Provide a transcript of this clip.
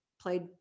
played